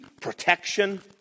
protection